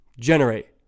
Generate